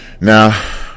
now